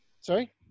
Sorry